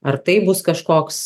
ar tai bus kažkoks